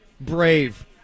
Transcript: brave